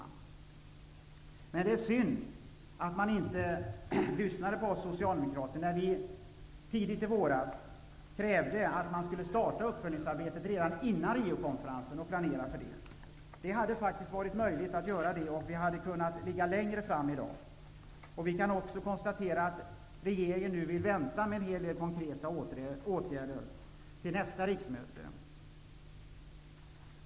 Det är emellertid synd att man inte lyssnade på oss socialdemokrater när vi tidigt i våras krävde att uppföljningsarbetet skulle starta redan innan Riokonferensen. Det hade faktiskt varit möjligt, och vi hade på så sätt kunnat ligga längre fram i dag. Vi kan också konstatera att regeringen nu vill vänta med en hel del konkreta åtgärder till nästa riksmöte.